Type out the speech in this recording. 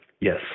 Yes